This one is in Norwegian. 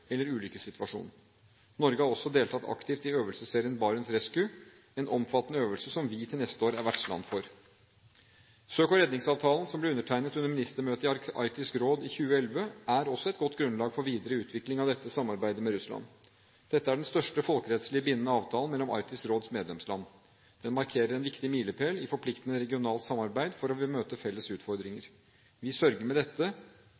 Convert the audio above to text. eller ulykkessituasjon. Norge har også deltatt aktivt i øvelsesserien Barents Rescue – en omfattende øvelse som vi til neste år er vertsland for. Søk- og redningsavtalen som ble undertegnet under ministermøtet i Arktisk råd i 2011, er også et godt grunnlag for videre utvikling av dette samarbeidet med Russland. Dette er den første folkerettslig bindende avtalen mellom Arktisk råds medlemsland. Den markerer en viktig milepæl i forpliktende regionalt samarbeid for å møte felles utfordringer. Vi sørger med